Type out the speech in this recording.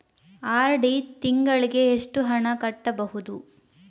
RD ತಿಂಗಳಿಗೆ ಎಷ್ಟು ಹಣ ಕಟ್ಟಬಹುದು?